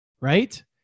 right